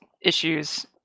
issues